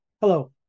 Hello